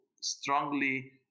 strongly